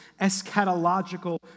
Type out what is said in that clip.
eschatological